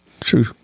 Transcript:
True